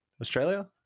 australia